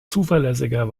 zuverlässiger